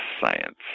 science